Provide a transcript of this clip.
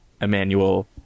Emmanuel